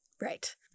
Right